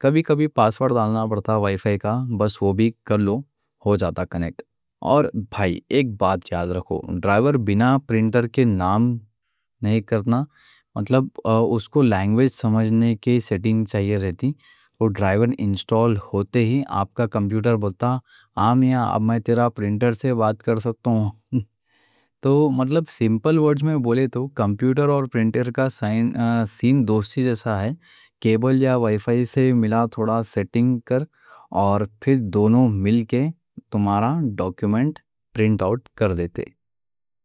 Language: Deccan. کبھی کبھی پاسورڈ ڈالنا پڑتا وائی فائی کا، بس وہ بھی کر لو۔ ہو جاتا کنیکٹ اور بھائی ایک بات یاد رکھو، ڈرائیور کے بِنا پرنٹر کام نہیں کرنا۔ مطلب اس کو لینگویج سمجھنے کی سیٹنگ چاہیے رہتی۔ وہ ڈرائیور انسٹال ہوتے ہی آپ کا کمپیوٹر بولتا، امیا اب میں تیرا پرنٹر سے بات کر سکتا ہوں۔ تو مطلب سیمپل ورڈز میں بولے تو کمپیوٹر اور پرنٹر کا سین دوستی جیسا ہے۔ کیبل یا وائی فائی سے ملا، تھوڑا سیٹنگ کر، اور پھر دونوں مل کے تمہارا ڈاکیومنٹ پرنٹ آؤٹ کر دیتے۔